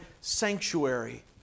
sanctuary